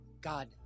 God